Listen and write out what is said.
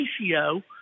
ratio